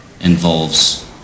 involves